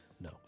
No